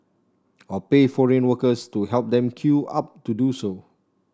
or pay foreign workers to help them queue up to do so